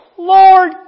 Lord